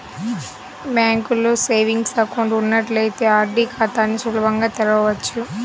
బ్యాంకులో savings account ఉన్నట్లయితే RD ఖాతాని సులభంగా తెరవచ్చు